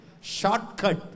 Shortcut